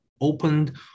opened